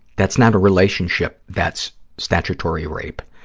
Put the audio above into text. that's not a relationship. that's statutory rape.